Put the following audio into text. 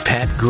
Pat